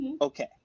okay